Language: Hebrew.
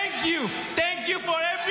איבדתם את זה.